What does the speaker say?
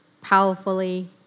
powerfully